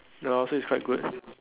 ya lor so it's quite good